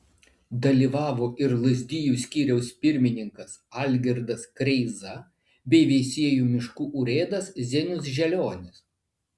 dalyvavo ir lazdijų skyriaus pirmininkas algirdas kreiza bei veisiejų miškų urėdas zenius želionis